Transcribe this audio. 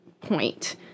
point